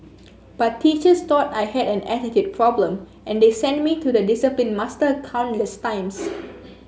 but teachers thought I had an attitude problem and they sent me to the discipline master countless times